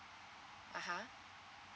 (uh huh)